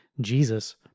Jesus